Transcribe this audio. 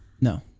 No